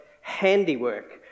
handiwork